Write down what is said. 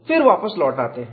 फिर आप वापस लौट आते हैं